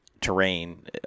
terrain